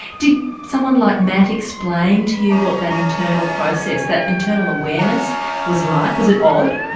did someone like matt explain to you what that internal process that internal awareness was like, was it odd?